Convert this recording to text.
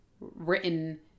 written